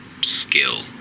skill